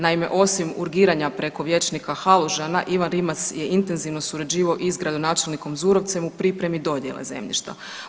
Naime, osim urgiranja preko vijećnika Halužana, Ivan Rimac je intenzivno surađivao i s gradonačelnikom Zurovcem u pripremi dodijele zemljišta.